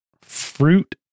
fruit